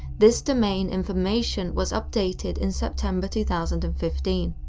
this domain information was updated in september two thousand and fifteen.